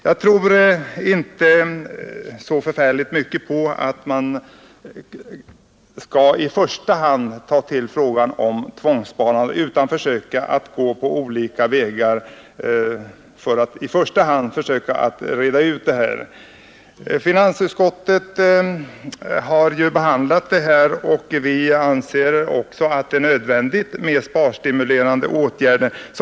Jag tror inte heller att man i första hand bör tillgripa ett tvångssparande utan att man i stället på andra vägar bör försöka reda ut problemen. Även finansutskottet anser att det är nödvändigt med sparstimulerande åtgärder.